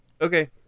Okay